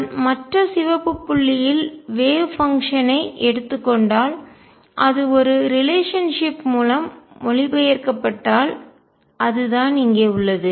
நான் மற்ற சிவப்பு புள்ளியில் வேவ் பங்ஷன் ஐ அலை செயல்பாடு எடுத்துக் கொண்டால் அது ஒரு ரிலேஷன்ஷிப்உறவு மூலம் மொழிபெயர்க்கப்பட்டால் அதுதான் இங்கே உள்ளது